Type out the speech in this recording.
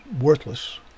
worthless